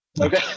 Okay